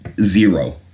Zero